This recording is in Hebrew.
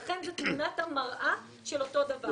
לכן, זו תמונת המראה של אותו הדבר.